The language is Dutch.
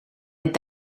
het